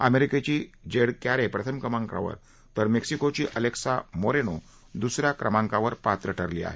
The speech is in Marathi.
अमेरिकेची जेड क्यारे प्रथम क्रमांकावर तर मेक्सिकोची अलेक्सा मोरेनो द्स या क्रमांकावर पात्र ठरली आहे